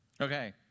Okay